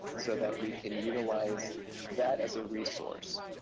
so that we can utilize that as a resource.